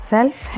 Self